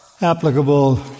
applicable